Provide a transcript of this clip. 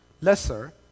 lesser